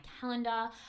calendar